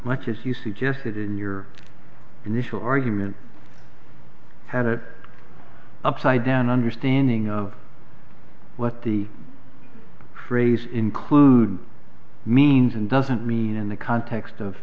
much as you suggested in your initial argument had it upside down understanding of what the phrase includes means and doesn't mean in the context of